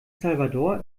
salvador